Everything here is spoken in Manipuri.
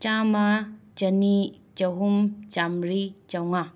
ꯆꯥꯝꯃ ꯆꯅꯤ ꯆꯍꯨꯝ ꯆꯥꯃꯔꯤ ꯆꯥꯃꯉꯥ